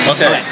Okay